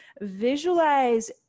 visualize